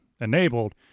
enabled